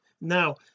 Now